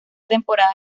temporada